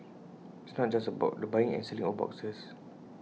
it's not just about the buying and selling of boxes